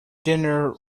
dinner